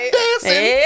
dancing